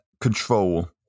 control